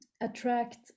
attract